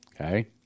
Okay